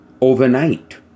overnight